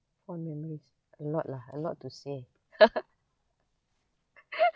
fond memories a lot lah a lot to say